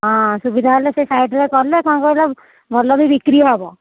ହଁ ସୁବିଧା ହେଲେ ସେ ସାଇଡ଼ରେେ କଲେ କ'ଣ କହିଲେ ଭଲ ବି ବିକ୍ରି ହବ